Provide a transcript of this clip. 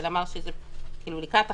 זה לקראת החלטה,